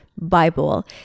Bible